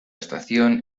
estación